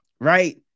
right